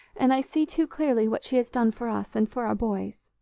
and i see too clearly what she has done for us and for our boys.